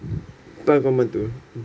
半工半读